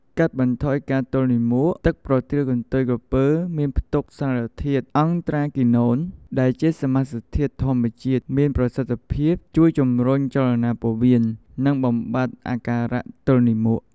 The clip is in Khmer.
កាត់បន្ថយការទល់លាមក ទឹកប្រទាលកន្ទុយក្រពើមានផ្ទុកសារធាតុ "អង់ត្រាគីណូន" ដែលជាសមាសធាតុធម្មជាតិមានប្រសិទ្ធភាពជួយជំរុញចលនាពោះវៀន និងបំបាត់អាការៈទល់លាមក។